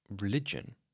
religion